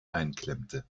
einklemmte